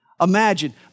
Imagine